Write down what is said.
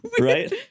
Right